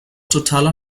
totaler